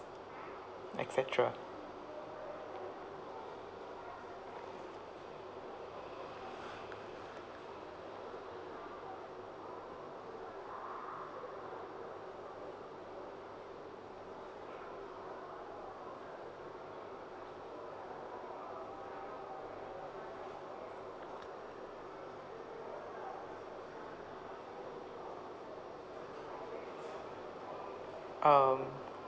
et cetera um